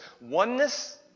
Oneness